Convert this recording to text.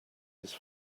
his